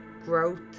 growth